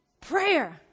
Prayer